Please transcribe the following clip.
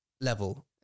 level